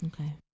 Okay